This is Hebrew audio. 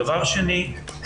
דבר שני,